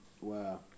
Wow